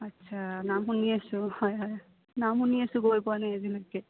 আচ্ছা নাম শুনি আছোঁ হয় হয় নাম শুনি আছোঁ গৈ